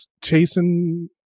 chasing